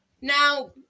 Now